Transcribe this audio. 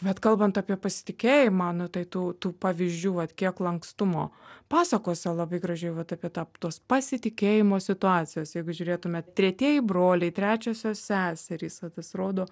bet kalbant apie pasitikėjimą nu tai tų tų pavyzdžių vat kiek lankstumo pasakose labai gražiai vat apie tą tuos pasitikėjimo situacijos jeigu žiūrėtume tretieji broliai trečiosios seserys va tas rodo